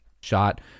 Shot